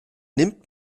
nimmt